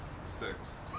Six